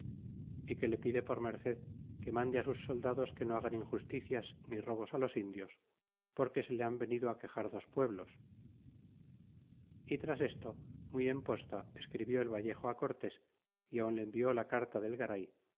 y que le pide por merced que mande sus soldados que no hagan injusticias ni robos los indios porque se le han venido á quexar dos pueblos y tras esto muy en posta escribió el vallejo á cortes y aun le envió la carta del garay